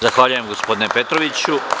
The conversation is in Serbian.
Zahvaljujem, gospodine Petroviću.